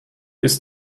ist